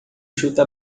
chuta